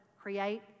create